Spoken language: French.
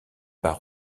pas